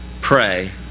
pray